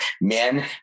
Men